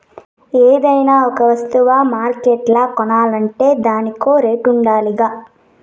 ఏదైనా ఒక వస్తువ మార్కెట్ల కొనాలంటే దానికో రేటుండాలిగా